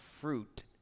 fruit